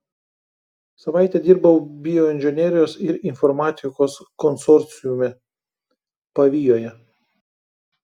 savaitę dirbau bioinžinerijos ir informatikos konsorciume pavijoje